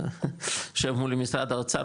יושב מול משרד האוצר,